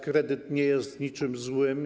Kredyt nie jest niczym złym.